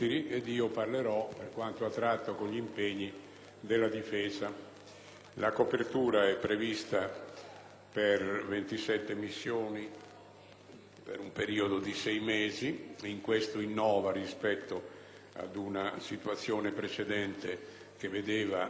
la copertura di 27 missioni, per un periodo di 6 mesi; in ciò si innova rispetto alla situazione precedente, che vedeva l'emanazione di un decreto di copertura annuale.